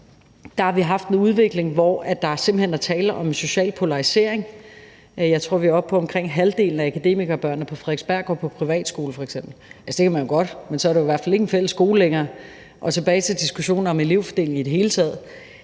vi har haft en udvikling, hvor der simpelt hen er tale om en social polarisering. Jeg tror, at vi på f.eks. Frederiksberg er oppe på, at omkring halvdelen af akademikerbørnene går på privatskole. Det kan man jo godt, men så er det i hvert fald ikke en fælles skole længere. Og så er vi tilbage ved diskussionen om elevfordelingen i det hele taget.